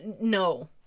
no